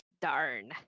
Darn